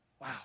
Wow